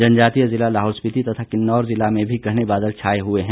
जनजातीय जिला लाहौल स्पीति तथा किन्नौर जिला में भी घने बादल छाए हुए हैं